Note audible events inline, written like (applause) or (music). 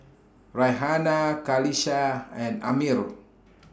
Raihana Qalisha and Ammir (noise)